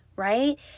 Right